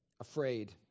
afraid